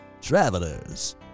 travelers